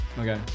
Okay